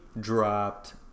dropped